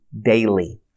daily